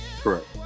Correct